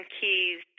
keys